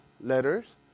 letters